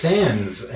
Sands